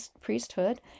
priesthood